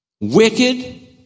wicked